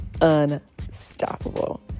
unstoppable